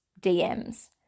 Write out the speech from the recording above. DMs